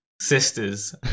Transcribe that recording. Sisters